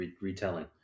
retelling